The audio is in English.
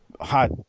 hot